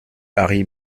harry